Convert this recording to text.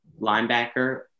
linebacker